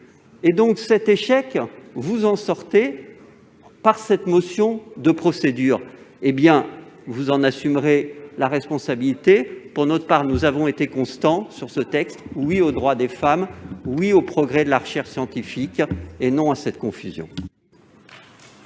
masquer cet échec par le vote de cette motion de procédure, mes chers collègues ; vous en assumerez la responsabilité. Pour notre part, nous avons été constants sur ce texte : oui au droit des femmes, oui au progrès de la recherche scientifique, non à cette confusion